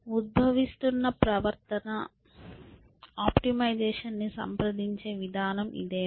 ఉద్బవిస్తున్న ప్రవర్తన ఆప్టిమైజేషన్ ని సంప్రదించే విధానం ఇదేనా